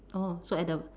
orh so at the